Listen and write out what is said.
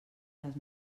les